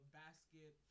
basket